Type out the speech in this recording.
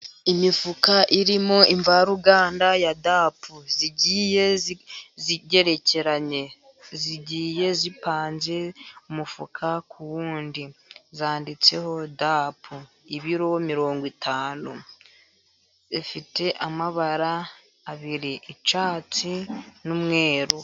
Imifuka irimo imvaruganda ya dapu, igiye igerekeranye, igiye ipanze umufuka ku wundi, yanditseho dapu ibiro mirongo itanu, ifite amabara abiri icyatsi n'umweru.